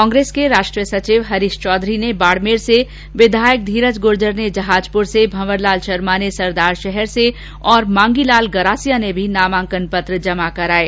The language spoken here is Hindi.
कांग्रेस के राष्ट्रीय सचिव हरीष चौधरी ने बाडमेर से विधायक धीरज गुर्जर ने जहाजपुर से भंवरलाल शर्मा ने सरदारषहर से और मांगीलाल गरासिया ने भी नामांकन पत्र जमा कराये